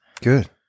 Good